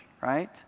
right